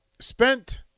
spent